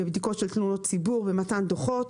בבדיקות של תלונות ציבור ובמתן דוחות.